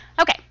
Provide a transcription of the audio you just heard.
Okay